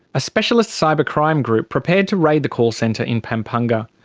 a specialist cybercrime group prepared to raid the call centre in pampanga.